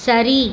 சரி